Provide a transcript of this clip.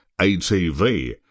ATV